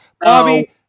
Bobby